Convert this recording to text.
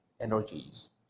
energies